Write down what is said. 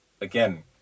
again